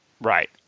right